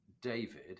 David